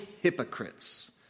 hypocrites